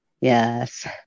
yes